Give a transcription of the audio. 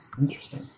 interesting